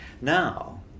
Now